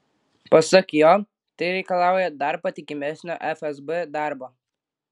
pasak jo tai reikalauja dar patikimesnio fsb darbo